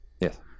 Yes